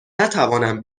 نتوانم